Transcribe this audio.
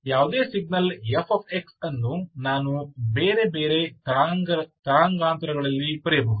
ಯಾವುದೇ signal fx ಅನ್ನು ನಾನು ಬೇರೆ ಬೇರೆ ತರಂಗಾಂತರಗಳಲ್ಲಿ ಬರೆಯಬಹುದು